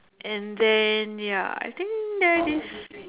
and then ya I think that is